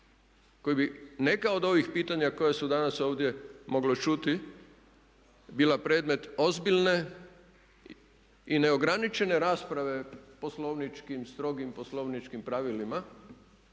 koji bi neka od ovih pitanja koja su danas ovdje moglo čuti bila predmet ozbiljne i neograničene rasprave poslovničkim, strogim poslovničkim pravilima